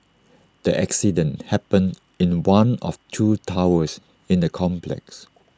the accident happened in one of two towers in the complex